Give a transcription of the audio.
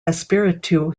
espiritu